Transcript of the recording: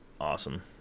awesome